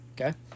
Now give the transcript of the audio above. Okay